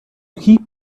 keep